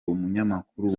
umunyamakuru